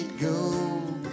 go